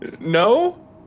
No